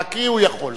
להקריא הוא יכול.